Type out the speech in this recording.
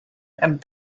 and